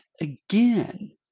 again